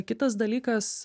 kitas dalykas